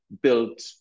built